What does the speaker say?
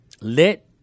let